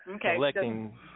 collecting